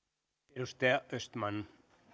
arvoisa